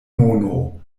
mono